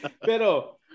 Pero